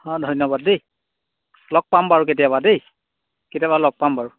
অঁ ধন্যবাদ দেই লগ পাম বাৰু কেতিয়াবা দেই কেতিয়াবা লগ পাম বাৰু